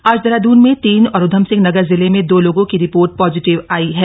आज देहरादून में तीन और उधमसिंह नगर जिले में दो लोगों की रिपोर्ट पॉजिटिव आयी है